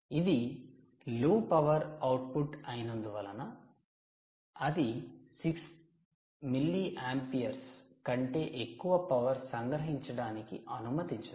ఇది 'low power output' low power output' అయినందు వలన అది 6 మిల్లీయాంపీయర్స్ కంటే ఎక్కువ పవర్ సంగ్రహించడానికి అనుమతించదు